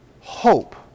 hope